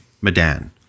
medan